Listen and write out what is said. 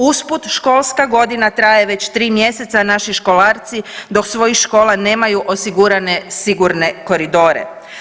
Usput školska godina traje već 3 mjeseca naši školarci do svojih škola nemaju osigurane sigurne koridore.